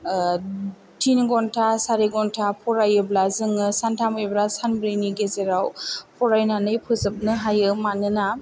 थिन घन्टा सारि घन्टा फरायोब्ला जोङो सानथाम एबा सानब्रैनि गेजेराव फरायनानै फोजोबनो हायो मानोना